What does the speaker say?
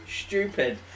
stupid